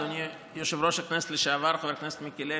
אדוני יושב-ראש הכנסת לשעבר חבר הכנסת מיקי לוי,